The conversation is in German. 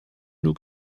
nur